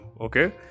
Okay